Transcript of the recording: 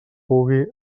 pugui